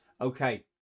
Okay